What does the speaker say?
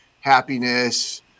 happiness